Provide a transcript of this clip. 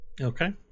Okay